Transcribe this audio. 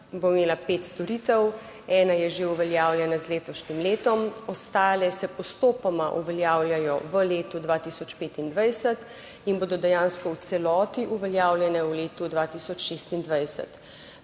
bo imela pet storitev, ena je že uveljavljena z letošnjim letom, ostale se postopoma uveljavljajo v letu 2025 in bodo dejansko v celoti uveljavljene v letu 2026.